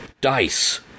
dice